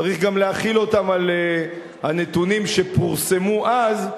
צריך גם להחיל אותם על הנתונים שפורסמו אז,